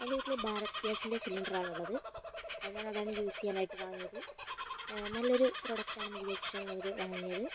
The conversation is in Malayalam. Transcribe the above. എന്റെ വീട്ടില് ഭാരത് ഗ്യാസിന്റെ സിലിണ്ടറാണുള്ളത് ഞാനതാണ് യൂസ് ചെയ്യാനായിട്ട് വാങ്ങിയത് നല്ലൊരു പ്രൊഡക്ട് ആണെന്ന് വിചാരിച്ചിട്ടാണ് ഞാനിത് വാങ്ങിയത്